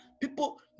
People